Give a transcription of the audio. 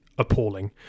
appalling